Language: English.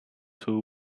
two